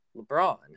LeBron